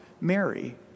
Mary